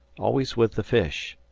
always with the fish,